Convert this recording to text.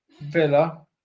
Villa